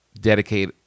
dedicate